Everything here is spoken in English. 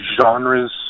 genres